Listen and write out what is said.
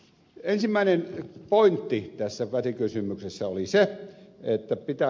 ensimmäinen pointti tässä välikysymyksessä oli se että pitää